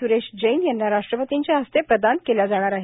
स्रेश जैन यांना राष्ट्रपतींच्या हस्ते प्रदान केला जाणार आहे